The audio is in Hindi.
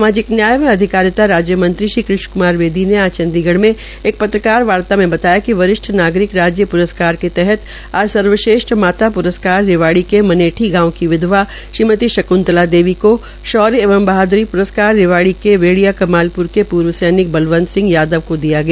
सामाजिक न्याय व अधिकारिता राज्य मंत्री श्री कृष्ण कुमार बेदी ने आज चंडीगढ़ में एक पत्रकार वार्ता मे बताया कि वरिष्ठ नागरिक राज्य प्रस्कार के तहत आज सर्वश्रेष्ठ माता प्रस्कार के तहत आज सर्वश्रेष्ठ प्रस्कार रिवाड़ी के मनेठी गांव की विधवा श्रीमती शंकृतला देवी को शौर्य एवं बहादुरी प्रस्कार रेवाड़ी के बोडिया कमालुपर के पूर्व सैनिक बलंबत सिंह यादव को दिया गया